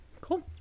Cool